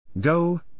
Go